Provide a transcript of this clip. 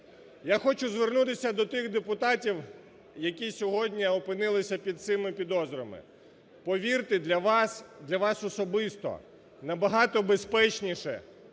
Я хочу звернутися до тих депутатів, які сьогодні опинилися під цими підозрами. Повірте, для вас, для вас особисто набагато безпечніше